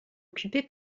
occupé